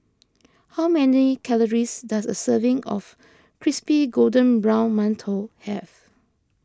how many calories does a serving of Crispy Golden Brown Mantou have